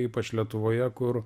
ypač lietuvoje kur